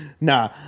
Nah